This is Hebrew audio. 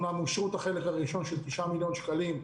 אומנם אושר החלק הראשון של 9 מיליון שקלים,